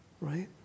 right